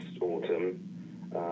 autumn